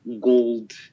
gold